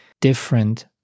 different